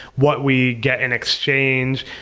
what we get in exchange.